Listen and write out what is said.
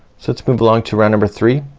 so let's move along to round number three.